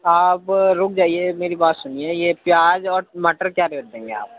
آپ رُک جائیے میری بات سُنیے یہ پیاز اور مٹر کیا ریٹ دیں گے آپ